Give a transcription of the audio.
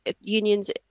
Unions